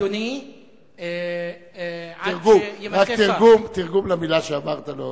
אדוני תרגום, רק תרגום למלה שאמרת לו.